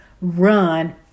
Run